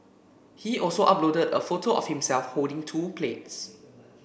he also uploaded a photo of himself holding two plates